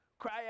Cry